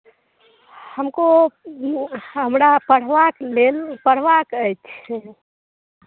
हमको हमरा पढ़बाक लेल पढ़बाक अछि